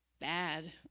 bad